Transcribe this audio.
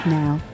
now